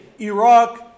Iraq